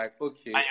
okay